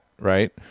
right